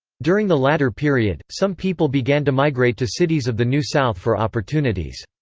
during the latter period, some people began to migrate to cities of the new south for opportunities.